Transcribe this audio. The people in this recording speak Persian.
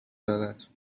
دارد